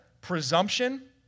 presumption